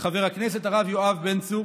חבר הכנסת הרב יואב בן צור,